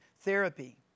therapy